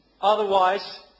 Otherwise